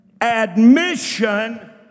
admission